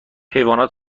حیوانات